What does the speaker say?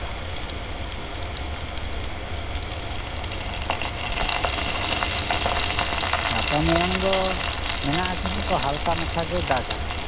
ᱜᱟᱯᱟ ᱢᱮᱭᱟᱝ ᱫᱚ ᱢᱮᱱᱟᱜ ᱟᱠᱟᱫᱟ ᱛᱚ ᱦᱟᱞᱠᱟ ᱢᱟᱪᱷᱟ ᱜᱮᱭ ᱫᱟᱜᱟ